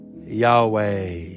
Yahweh